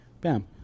Bam